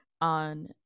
on